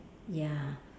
ya